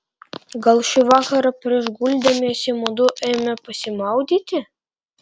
gal šį vakarą prieš guldamiesi mudu eime pasimaudyti